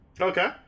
Okay